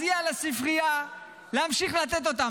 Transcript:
יהיה על הספרייה להמשיך לתת אותם,